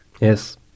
Yes